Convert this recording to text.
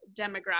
demographic